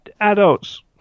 adults